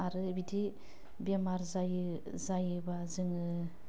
आरो बिदि बेमार जायो जायोबा जोङो